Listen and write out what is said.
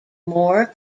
more